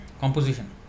composition